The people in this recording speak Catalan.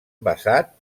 basat